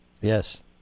Yes